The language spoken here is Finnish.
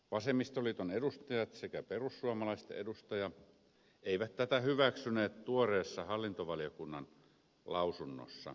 vasemmistoliiton edustajat sekä perussuomalaisten edustaja eivät tätä hyväksyneet tuoreessa hallintovaliokunnan lausunnossa